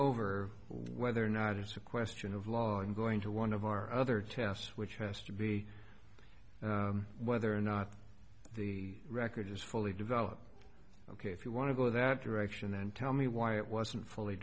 over whether or not it's a question of law and going to one of our other tests which has to be whether or not the record is fully developed ok if you want to go that direction then tell me why it wasn't fully